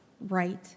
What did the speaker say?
right